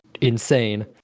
insane